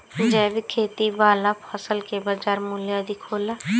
जैविक खेती वाला फसल के बाजार मूल्य अधिक होला